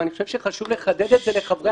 אבל אני חושב שחשוב לחדד את זה לחברי הוועדה שוב.